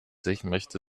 möchte